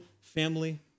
family